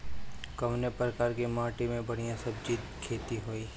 कवने प्रकार की माटी में बढ़िया सब्जी खेती हुई?